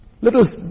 little